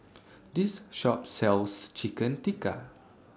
This Shop sells Chicken Tikka